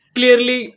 Clearly